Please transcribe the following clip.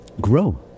grow